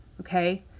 okay